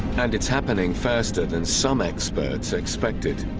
and it's happening faster than some experts expected